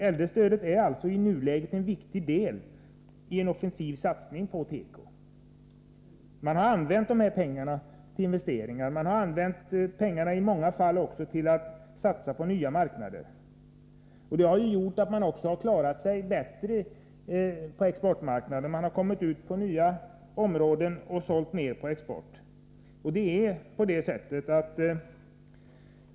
Äldrestödet är alltså i nuläget en viktig deli en offensiv satsning på svensk tekoindustri. Företagen har använt äldrestödet till investeringar, och de har också i många fall använt det till att göra satsningar på nya marknader. Detta har gjort att de har klarat sig bra på exportmarknaden — man har kommit in på nya marknader osv.